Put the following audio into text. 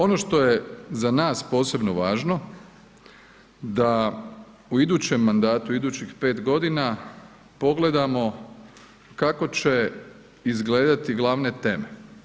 Ono što je za nas posebno važno, da u idućem mandatu, u idućih 5 godina pogledamo kako će izgledati glavne teme.